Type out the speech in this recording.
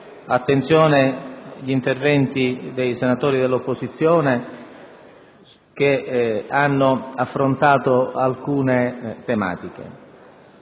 attenzione gli interventi dei senatori dell'opposizione che hanno affrontato alcune tematiche.